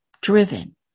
driven